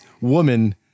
woman